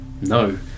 no